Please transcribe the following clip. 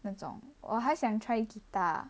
那种我还想 try guitar